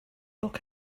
look